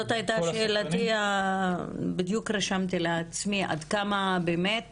זו הייתה שאלתי בדיוק רשמתי לעצמי עד כמה באמת